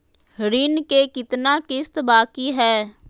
ऋण के कितना किस्त बाकी है?